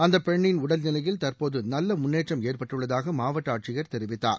அந்தப் பெண்ணின் உடல்நிலையில் தற்போது நல்ல முன்னேற்றம் ஏற்பட்டுள்ளதாக மாவட்ட ஆட்சியர் தெரிவித்தார்